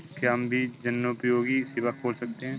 क्या हम भी जनोपयोगी सेवा खोल सकते हैं?